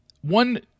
One